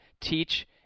teach